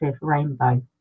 rainbow